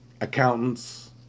accountants